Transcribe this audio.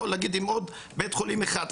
להגיד אם זה חל על עוד בית חולים אחד.